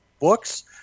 books